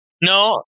no